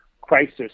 crisis